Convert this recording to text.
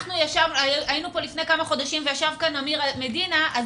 כשאנחנו היינו כאן לפני כמה חודשים וישב כאן אמיר מדינה אז